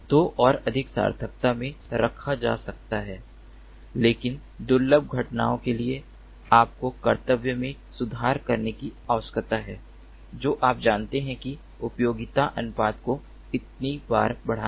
तो और अधिक सतर्कता में रखा जा सकता है लेकिन दुर्लभ घटनाओं के लिए आपको कर्तव्य में सुधार करने की आवश्यकता नहीं है जो आप जानते हैं कि उपयोगिता अनुपात को इतनी बार बढ़ाएं